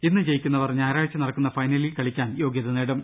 ഇന്ന് ജയിക്കുന്നവർ ഞായറാഴ്ച്ച നട ക്കുന്ന ഫൈനലിൽ കളിക്കാൻ യോഗ്യത നേടും